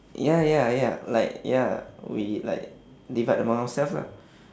ya ya ya like ya we like divide among ourselves lah